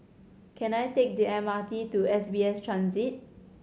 can I take the M R T to S B S Transit